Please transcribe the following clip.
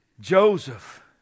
Joseph